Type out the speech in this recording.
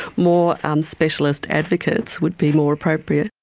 more um specialist advocates would be more appropriate.